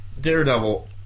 Daredevil